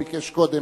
הוא ביקש קודם,